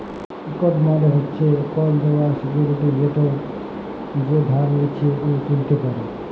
ইকট বল্ড মালে হছে কল দেলার সিক্যুরিটি যেট যে ধার লিছে উ তুলতে পারে